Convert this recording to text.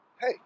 hey